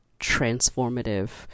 transformative